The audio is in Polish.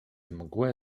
mgłę